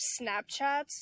snapchats